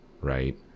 right